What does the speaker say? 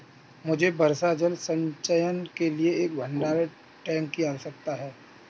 मुझे वर्षा जल संचयन के लिए एक भंडारण टैंक की आवश्यकता है